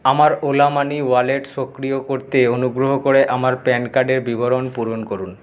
আমার Ola money wallet সক্রিয় করতে অনুগ্রহ করে আমার প্যান কার্ডের বিবরণ পূরণ করুন